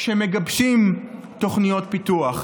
כשמגבשים תוכניות פיתוח.